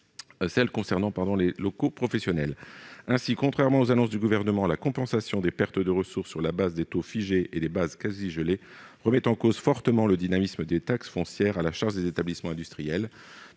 relatives aux locaux professionnels. Ainsi, contrairement aux annonces du Gouvernement, la compensation des pertes de ressources sur la base des taux figés et des bases quasi gelées remet en cause fortement le dynamisme des taxes foncières à la charge des établissements industriels.